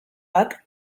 bat